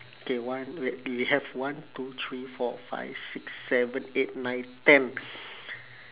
okay one wait we have one two three four five six seven eight nine ten